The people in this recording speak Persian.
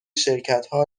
شرکتها